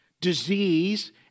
disease